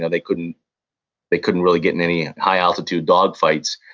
they couldn't they couldn't really get in any high altitude dogfights,